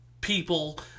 people